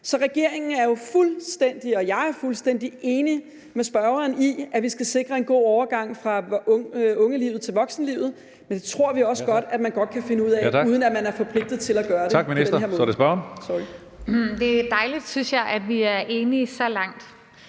Så regeringen og jeg er jo fuldstændig enige med spørgeren i, at vi skal sikre en god overgang fra ungdomslivet til voksenlivet, og det tror vi også godt at man godt kan finde ud af, uden at man er forpligtet til at gøre det på den her måde. Kl.